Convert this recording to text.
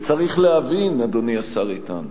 וצריך להבין, אדוני השר איתן,